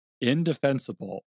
indefensible